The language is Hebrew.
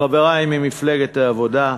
חברי ממפלגת העבודה,